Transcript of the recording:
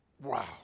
Wow